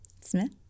Smith